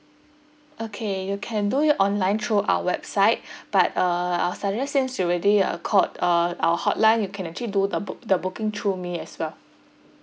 okay you can do it online through our website but uh I will suggest since you already uh called uh our hotline you can actually do the book~ the booking through me as well